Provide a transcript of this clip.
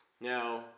Now